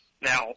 Now